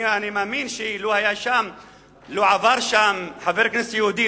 אני מאמין שלו עבר שם חבר כנסת יהודי,